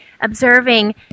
observing